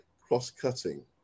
cross-cutting